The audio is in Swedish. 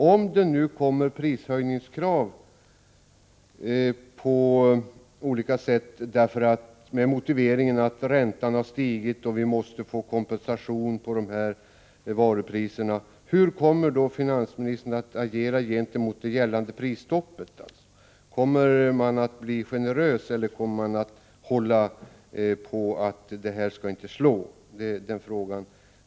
Om det kommer prishöjningskrav med motiveringen att räntan har stigit — man vill få kompensation över varupriserna — hur kommer då finansministern att agera med tanke på det gällande prisstoppet? Kommer han att vara generös, eller kommer han att hålla på att detta inte skall spela in.